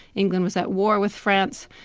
england was at war with france,